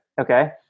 Okay